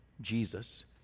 Jesus